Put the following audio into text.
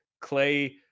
clay